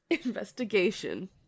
investigation